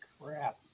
crap